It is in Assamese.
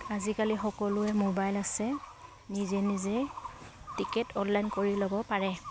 আজিকালি সকলোৰে মোবাইল আছে নিজে নিজে টিকেট অনলাইন কৰি ল'ব পাৰে